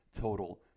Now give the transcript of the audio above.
total